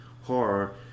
horror